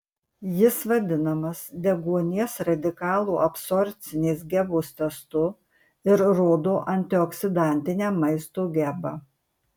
jis vadinamas deguonies radikalų absorbcinės gebos testu ir rodo antioksidantinę maisto gebą